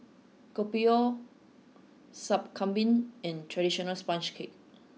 Kopi O sup Kambing and traditional sponge cake